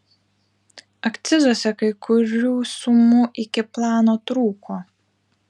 akcizuose kai kurių sumų iki plano trūko